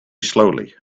slowly